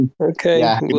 Okay